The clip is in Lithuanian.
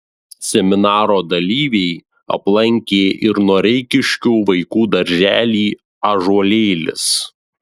seminaro dalyviai aplankė ir noreikiškių vaikų darželį ąžuolėlis